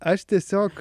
aš tiesiog